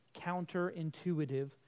counterintuitive